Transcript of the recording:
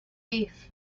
beef